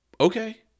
okay